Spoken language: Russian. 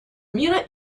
мира